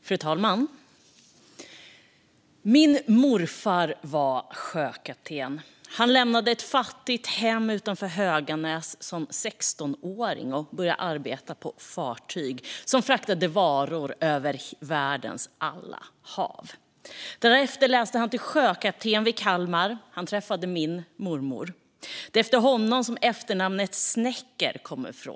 Fru talman! Min morfar var sjökapten. Han lämnade som 16-åring ett fattigt hem utanför Höganäs för att börja arbeta på fartyg som fraktade varor över världens alla hav. Därefter läste han till sjökapten i Kalmar, där han träffade min mormor. Det är från honom efternamnet Snecker kommer.